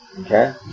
Okay